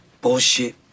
Bullshit